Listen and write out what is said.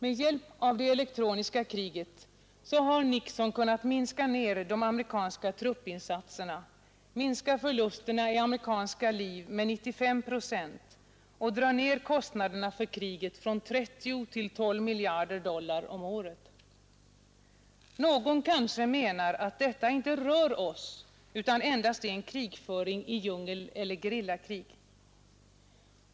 Med hjälp av det elektroniska kriget har Nixon kunnat minska ner de amerikanska truppinsatserna, minska förlusterna i amerikanska liv med 95 procent och dra ned kostnaderna för kriget från 30 till 12 miljarder dollar om året. Någon kanske menar att detta inte rör oss, utan endast är en krigföring i djungel eller ett gerillakrig.